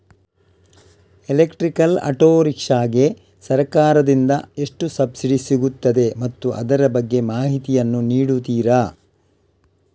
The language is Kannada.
ಎಲೆಕ್ಟ್ರಿಕಲ್ ಆಟೋ ರಿಕ್ಷಾ ಗೆ ಸರ್ಕಾರ ದಿಂದ ಎಷ್ಟು ಸಬ್ಸಿಡಿ ಸಿಗುತ್ತದೆ ಮತ್ತು ಅದರ ಬಗ್ಗೆ ಮಾಹಿತಿ ಯನ್ನು ನೀಡುತೀರಾ?